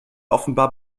offenbar